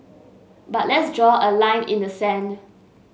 but let's draw a line in the sand